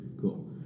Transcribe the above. cool